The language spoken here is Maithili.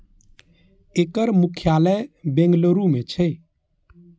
एकर मुख्यालय बेंगलुरू मे छै